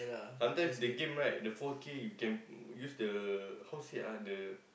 sometimes the game right the four-K you can use the how say ah the